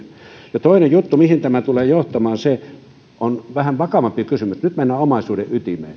myöten toinen juttu mihin tämä tulee johtamaan on vähän vakavampi kysymys nyt mennään omaisuuden ytimeen